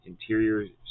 Interior